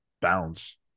bounds